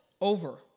over